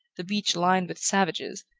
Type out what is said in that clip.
the beach lined with savages,